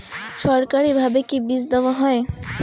সরকারিভাবে কি বীজ দেওয়া হয়?